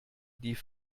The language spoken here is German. die